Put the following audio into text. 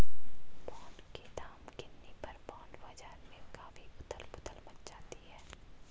bond के दाम गिरने पर बॉन्ड बाजार में काफी उथल पुथल मच जाती है